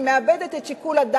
היא מאבדת את שיקול הדעת,